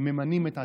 הם ממנים את עצמם,